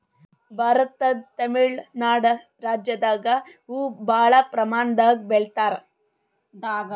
ಭಾರತದ್ ತಮಿಳ್ ನಾಡ್ ರಾಜ್ಯದಾಗ್ ಹೂವಾ ಭಾಳ್ ಪ್ರಮಾಣದಾಗ್ ಬೆಳಿತಾರ್